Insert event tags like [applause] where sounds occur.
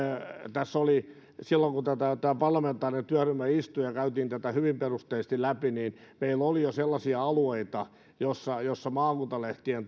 silloin kun tämä parlamentaarinen työryhmä istui ja käytiin tätä hyvin perusteellisesti läpi meillä oli sellaisia alueita missä maakuntalehtien [unintelligible]